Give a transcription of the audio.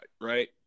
right